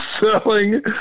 selling